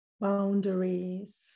boundaries